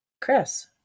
Chris